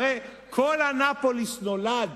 הרי כל אנאפוליס נולד